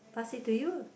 pass it to you